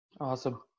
Awesome